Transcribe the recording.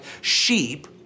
sheep